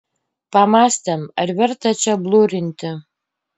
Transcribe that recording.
pamąstėm ar verta čia blurinti